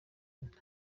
nta